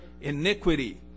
iniquity